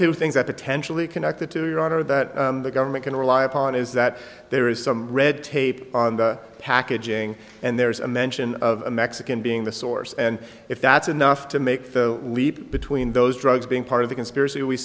two things that potentially connected to your honor that the government can rely upon is that there is some red tape on the packaging and there's a mention of a mexican being the source and if that's enough to make the leap between those drugs being part of the conspiracy